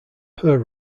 per